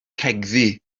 cegddu